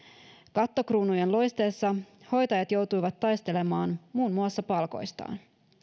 kattokruunujen loisteessa hoitajat joutuivat taistelemaan muun muassa palkoistaan